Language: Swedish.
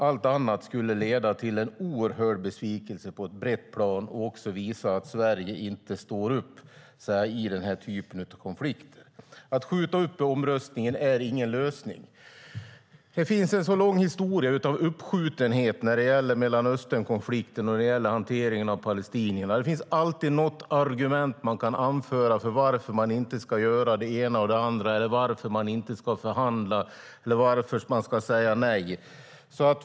Allt annat skulle leda till en oerhörd besvikelse på ett brett plan och också visa att Sverige inte står upp i den här typen av konflikter. Att skjuta upp omröstningen är ingen lösning. Det finns en lång historia av uppskjutenhet när det gäller Mellanösternkonflikten och hanteringen av palestinierna. Det finns alltid något argument man kan anföra för varför man inte ska göra det ena eller det andra, varför man inte ska förhandla eller varför man ska säga nej.